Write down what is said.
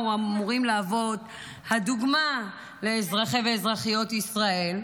אמורים להוות הדוגמה לאזרחי ואזרחיות ישראל,